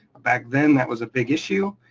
back then, that was a big issue.